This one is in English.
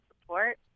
support